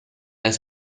his